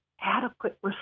adequate